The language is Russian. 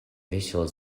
весело